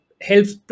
helps